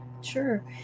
Sure